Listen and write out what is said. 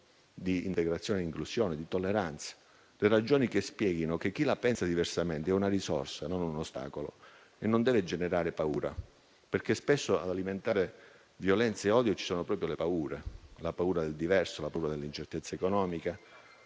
integrazione, inclusione e tolleranza. Mi riferisco alle ragioni che spiegano che chi la pensa diversamente è una risorsa e non un ostacolo e non deve generare paura. Spesso, infatti, ad alimentare violenze e odio ci sono proprio le paure: la paura del diverso e dell'incertezza economica,